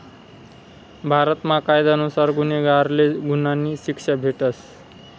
भारतमा कायदा नुसार गुन्हागारले गुन्हानी शिक्षा भेटस